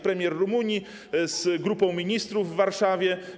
Premier Rumunii z grupą ministrów jest w Warszawie.